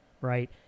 right